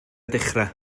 dechrau